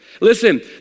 Listen